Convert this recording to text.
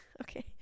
okay